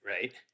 right